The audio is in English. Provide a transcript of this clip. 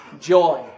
joy